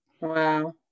Wow